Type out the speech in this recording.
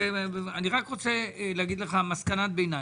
מסקנת ביניים: